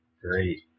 great